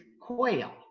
quail